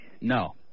No